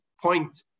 point